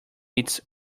its